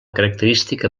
característica